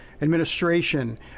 administration